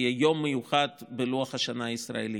יהיה יום מיוחד בלוח השנה הישראלי,